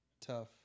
Tough